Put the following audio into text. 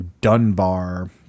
Dunbar